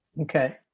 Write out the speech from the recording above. Okay